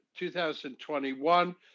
2021